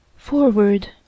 FORWARD